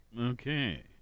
Okay